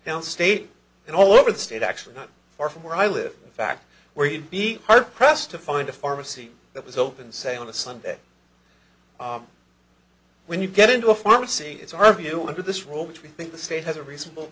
downstate and all over the state actually not far from where i live in fact where you'd be hard pressed to find a pharmacy that was open say on a sunday when you get into a pharmacy it's our view under this rule which we think the state has a reasonable